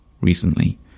recently